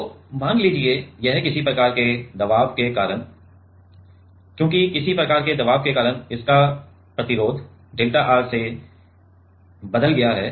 तो मान लीजिए कि यह किसी प्रकार के दबाव के कारण क्युकि किसी प्रकार के दबाव के कारण इसका प्रतिरोध डेल्टा R से बदल गया है